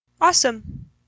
Awesome